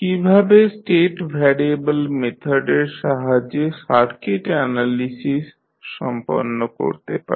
কীভাবে state variable মেথডের সাহায্যে সার্কিট অ্যানালিসিস সম্পন্ন করতে পারি